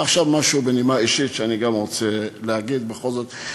עכשיו משהו בנימה אישית שאני רוצה להגיד: בכל זאת,